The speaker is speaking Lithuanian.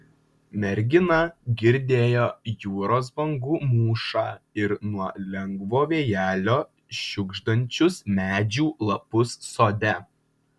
mergina girdėjo jūros bangų mūšą ir nuo lengvo vėjelio šiugždančius medžių lapus sode